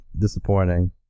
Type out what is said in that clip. disappointing